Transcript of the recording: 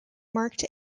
marked